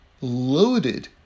loaded